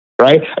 right